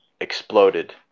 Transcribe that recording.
exploded